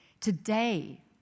Today